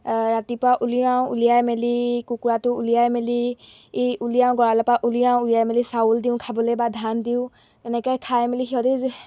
ৰাতিপুৱা উলিয়াওঁ ওলিয়াই মেলি কুকুৰাটো ওলিয়াই মেলি ই ওলিয়াওঁ গঁৰালৰ পৰা ওলিয়াওঁ ওলিয়াই মেলি চাউল দিওঁ খাবলৈ বা ধান দিওঁ এনেকৈ খাই মেলি সিহঁতে